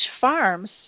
farms